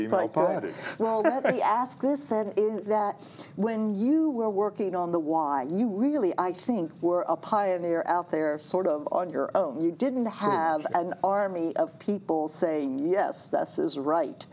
i ask this then is that when you were working on the why you really i think were a pioneer out there sort of on your own you didn't have an army of people saying yes this is right